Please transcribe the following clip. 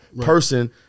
person